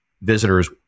visitors